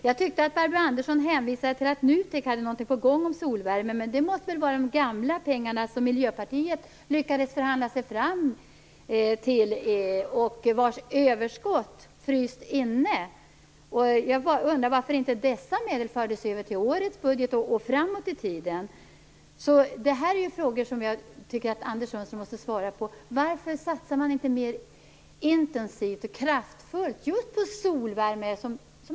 Jag tyckte att Barbro Andersson hänvisade till att NUTEK hade något på gång om solvärme, men det måste väl handla om de gamla pengarna som Miljöpartiet lyckades förhandla fram. Överskottet av dessa pengar har frysts inne. Jag undrar varför inte dessa medel fördes över till årets budget och framåt i tiden? Detta är frågor som Anders Sundström måste svara på. Varför satsar man inte mer intensivt och kraftfullt just på solvärme?